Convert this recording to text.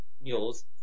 mules